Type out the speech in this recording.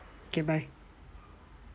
okay bye